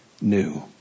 new